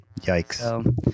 Yikes